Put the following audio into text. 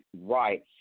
Right